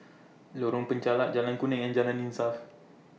Lorong Penchalak Jalan Kuning and Jalan Insaf